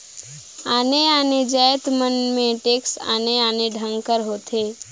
आने आने जाएत मन में टेक्स आने आने ढंग कर होथे